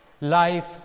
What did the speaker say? life